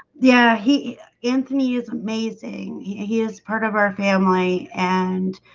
yeah. he anthony is amazing. he he is part of our family and